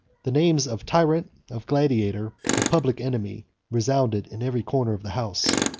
the names of tyrant, of gladiator, of public enemy resounded in every corner of the house.